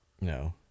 No